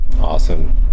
Awesome